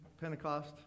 Pentecost